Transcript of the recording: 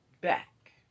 back